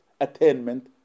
attainment